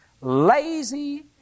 lazy